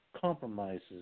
compromises